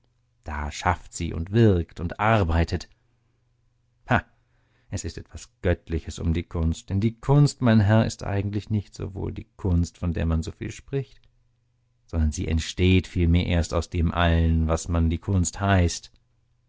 da schafft sie und wirkt und arbeitet ha es ist was göttliches um die kunst denn die kunst mein herr ist eigentlich nicht sowohl die kunst von der man so viel spricht sondern sie entsteht vielmehr erst aus dem allen was man die kunst heißt